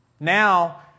Now